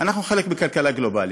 אנחנו חלק מכלכלה גלובלית,